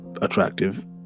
attractive